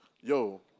Yo